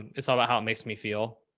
it's all about how it makes me feel,